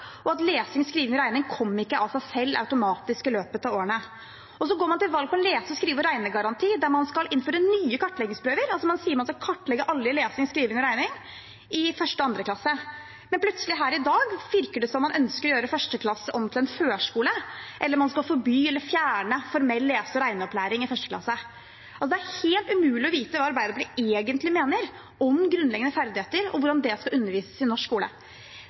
og at lesing, skriving og regning ikke kom automatisk av seg selv i løpet av årene. Og så går man til valg på en lese-, skrive- og regnegaranti der man skal innføre nye kartleggingsprøver. Man sier at man skal kartlegge alle i lesing, skriving og regning i 1. og 2. klasse. Men plutselig her i dag virker det som at man ønsker å gjøre 1. klasse om til førskole, eller at man skal forby eller fjerne formell lese- og regneopplæring i 1. klasse. Det er helt umulig å vite hva Arbeiderpartiet egentlig mener om grunnleggende ferdigheter, og om hvordan det skal undervises i det i norsk skole.